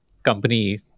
company